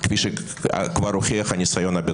למי שרוצה להכשיר גם את התוכנית הגזענית של סמוטריץ',